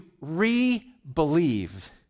re-believe